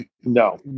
No